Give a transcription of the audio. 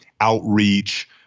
outreach